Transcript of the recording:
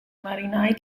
marinai